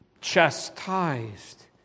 chastised